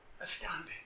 astounding